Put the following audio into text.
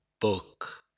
book